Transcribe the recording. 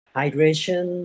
hydration